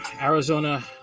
Arizona